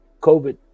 COVID